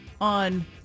on